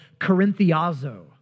Corinthiazo